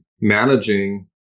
Managing